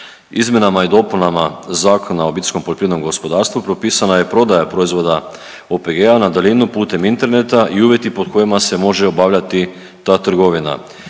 Izmjenama i dopunama Zakona o OPG-u propisana je prodaja proizvoda OPG-a na daljinu putem interneta i uvjeti pod kojima se može obavljati ta trgovina.